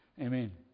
Amen